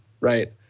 right